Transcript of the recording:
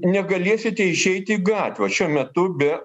negalėsite išeiti į gatvę šiuo metu be